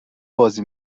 بازی